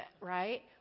Right